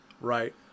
Right